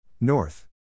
North